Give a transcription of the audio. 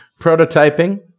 Prototyping